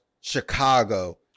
chicago